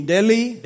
Delhi